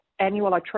annual